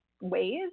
ways